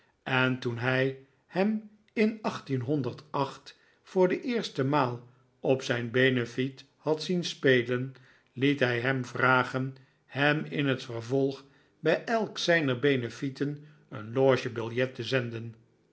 en toen hij hem in voor de eerste maal op zijn beneflet had zien spelen liet hij hem vragen hem in het vervolg bij elk zijner benefieten een loge biljet te zenden